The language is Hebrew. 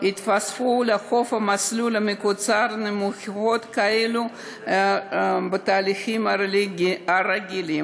המתווספות לחוב במסלול המקוצר נמוכות מאלה שבהליך הרגיל.